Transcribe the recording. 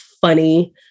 funny